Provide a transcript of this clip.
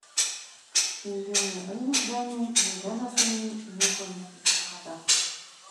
ir jau nei ainis benui nei benas ainiui nieko niekaip niekada